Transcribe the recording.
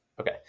okay